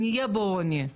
נהיה בעוני.